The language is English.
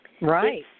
Right